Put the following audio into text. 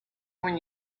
when